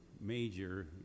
major